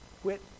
Quit